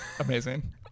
Amazing